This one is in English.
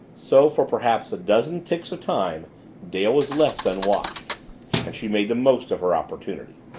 so, for perhaps a dozen ticks of time dale was left unwatched and she made the most of her opportunity.